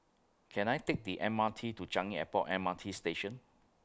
Can I Take The M R T to Changi Airport M R T Station